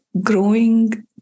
growing